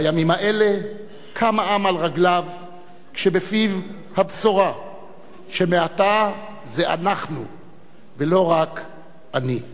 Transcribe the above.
בימים האלה קם העם על רגליו כשבפיו הבשורה ש"מעתה זה אנחנו ולא רק אני".